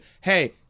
hey